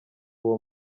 uwo